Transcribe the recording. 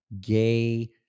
gay